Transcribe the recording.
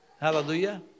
Hallelujah